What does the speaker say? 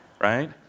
Right